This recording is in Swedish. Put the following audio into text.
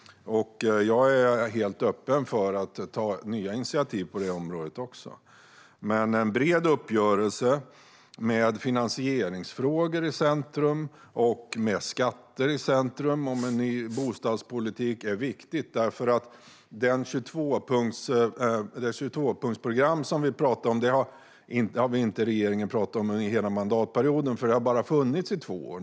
Jag är helt öppen för att ta nya initiativ på detta område. En bred uppgörelse med finansieringsfrågor och skatter i centrum för en ny bostadspolitiken är viktig. När det gäller 22-punktsprogramet har regeringen inte pratat om det under hela mandatperioden, det har nämligen bara funnits i två år.